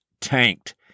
tanked